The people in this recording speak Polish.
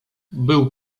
był